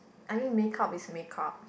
I mean makeup is makeup